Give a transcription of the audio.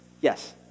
Yes